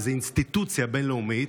לאיזו אינסטיטוציה בין-לאומית,